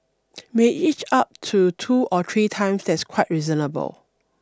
may inch up to two or three times that's quite reasonable